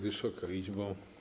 Wysoka Izbo!